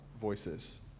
voices